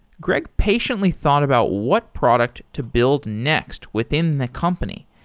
greg patiently thought about what product to build next within the company.